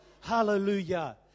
hallelujah